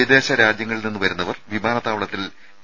വിദേശ രാജ്യങ്ങളിൽ നിന്ന് വരുന്നവർ വിമാനത്താവളത്തിൽ പി